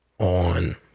On